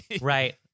Right